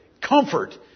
comfort